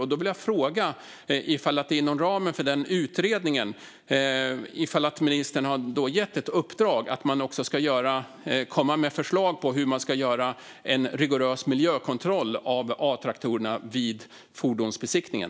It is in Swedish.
Jag vill fråga om ministern inom ramen för den utredningen har gett ett uppdrag om att man ska komma med förslag på hur en rigorös miljökontroll av A-traktorerna ska göras vid fordonsbesiktningen.